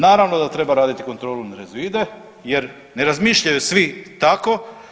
Naravno da treba raditi kontrolu na rezuide jer ne razmišljaju svi tako.